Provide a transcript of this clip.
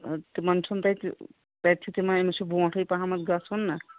تِمَن چھُنہٕ تَتہِ تَتہِ چھِ تِمَن أمِس چھِ برونٛٹھٕے پَہمَتھ گژھُن نہ